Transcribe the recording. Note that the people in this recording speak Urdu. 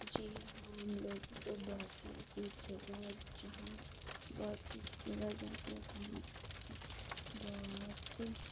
جی ہاں ہم لوگوں کو بہت سی ایسی جگہ جہاں بہت سی ایسی جگہ جاتے ہیں جہاں پر بہت